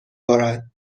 بارد